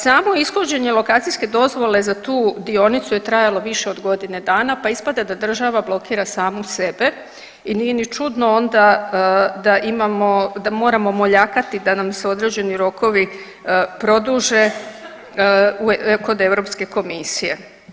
Samo ishođenje lokacijske dozvole za tu dionicu je trajalo više od godine dana, pa ispada da država blokira samu sebe i nije ni čudno onda da imamo, da moramo moljakati da nam se određeni rokovi produže kod Europske komisije.